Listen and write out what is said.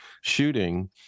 shooting